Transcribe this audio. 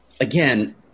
again